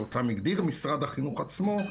שאותם הגדיר משרד החינוך עצמו,